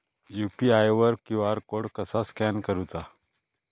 UPI वर QR code कसा scan करूचा?